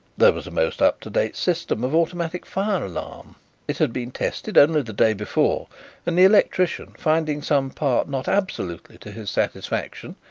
there was a most up-to-date system of automatic fire alarm it had been tested only the day before and the electrician, finding some part not absolutely to his satisfaction,